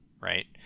right